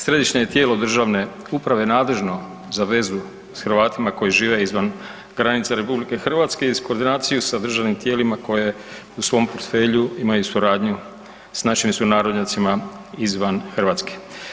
Središnje je tijelo državne uprave nadležno za vezu s Hrvatima koji žive izvan granica RH i sa koordinacijom s državnim tijelima koje u svom portfelju imaju suradnju s našim sunarodnjacima izvan Hrvatske.